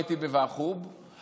הייתי בוועדת חוץ וביטחון,